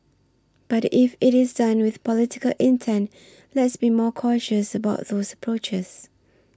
but if it is done with political intent let's be more cautious about those approaches